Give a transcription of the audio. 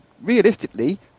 realistically